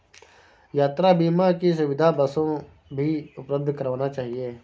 यात्रा बीमा की सुविधा बसों भी उपलब्ध करवाना चहिये